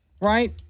Right